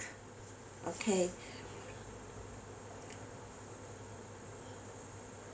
okay